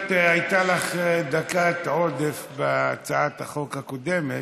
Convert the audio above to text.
הייתה לך דקה עודף בהצעת החוק הקודמת,